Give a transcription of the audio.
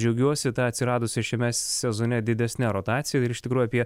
džiaugiuosi ta atsiradusia šiame sezone didesne rotacija ir iš tikrųjų apie